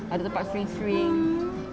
ada tempat swing swing